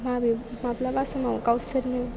माब्लाबा समाव गावसोरनो